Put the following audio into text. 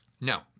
No